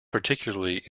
particularly